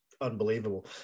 unbelievable